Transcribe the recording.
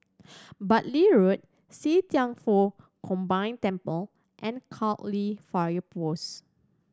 Bartley Road See Thian Foh Combine Temple and Cairnhill Fire Post